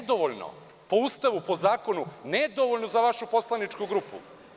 Nedovoljno po Ustavu, po zakonu, nedovoljno za vašu poslaničku grupu.